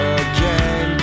again